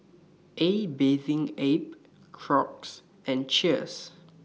A Bathing Ape Crocs and Cheers